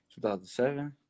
2007